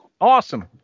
awesome